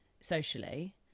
socially